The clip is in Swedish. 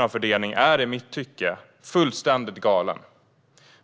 av fördelning är i mitt tycke fullständigt galen.